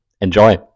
Enjoy